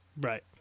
Right